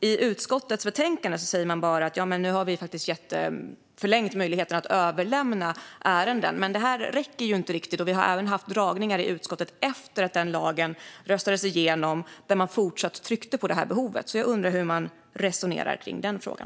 I utskottets betänkande sägs bara att möjligheten att överlämna ärenden faktiskt har förlängts, men det räcker ju inte riktigt. Vi har även haft dragningar i utskottet efter att den lagen röstades igenom, och där tryckte myndigheten fortsatt på det här behovet. Jag undrar alltså hur man resonerar kring den frågan.